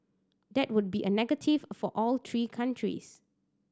that would be a negative for all three countries